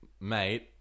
mate